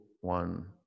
one